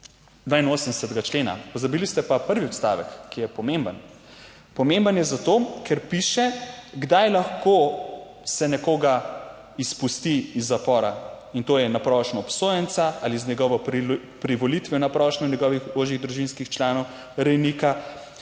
82. člena, pozabili ste pa prvi odstavek, ki je pomemben, pomemben je zato, ker piše kdaj lahko se nekoga izpusti iz zapora in to je na prošnjo obsojenca ali z njegovo privolitvijo na prošnjo njegovih ožjih družinskih članov rejnika.